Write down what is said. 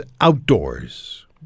outdoors